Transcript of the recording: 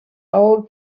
old